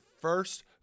first